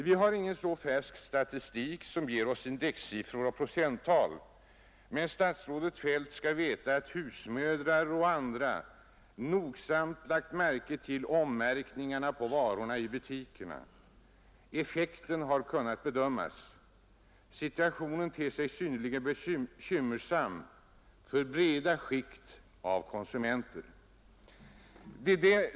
Vi har inte någon tillräckligt färsk statistik som ger oss indexsiffror och procenttal i detta läge, men herr statsrådet skall veta att husmödrar och andra nogsamt observerat ommärkningarna på varorna i butikerna. Effekten har kunnat bedömas. Situationen ter sig synnerligen bekymmersam för breda skikt av konsumenter.